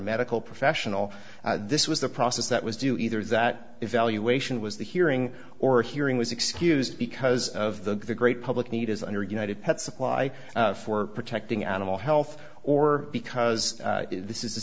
medical professional this was the process that was do either that evaluation was the hearing or hearing was excused because of the great public need is under united pet supply for protecting animal health or because this is